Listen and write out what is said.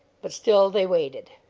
but still they waited.